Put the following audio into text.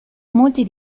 molti